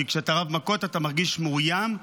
כי כשאתה רב מכות אתה מרגיש מאוים,